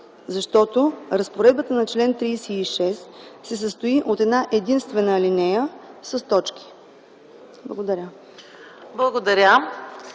защото разпоредбата на чл. 36 се състои от една-единствена алинея с точки. Благодаря.